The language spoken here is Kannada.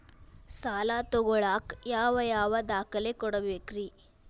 ಸಾಲ ತೊಗೋಳಾಕ್ ಯಾವ ಯಾವ ದಾಖಲೆ ಕೊಡಬೇಕ್ರಿ?